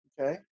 okay